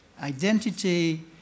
identity